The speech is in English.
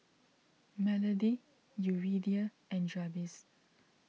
Melody Yuridia and Jabez